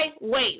wait